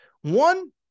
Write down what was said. One